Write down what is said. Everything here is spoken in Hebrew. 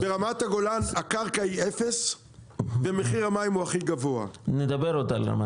ברמת הגולן הקרקע היא אפס ומחיר המים הוא הכי גבוה --- נדבר על זה.